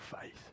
faith